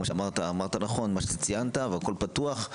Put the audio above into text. אמרת נכון, מה שציינת, והכול פתוח.